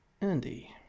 Andy